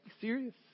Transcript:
serious